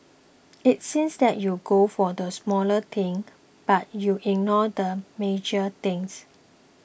it seems that you go for the smaller thing but you ignore the major things